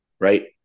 right